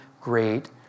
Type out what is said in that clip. great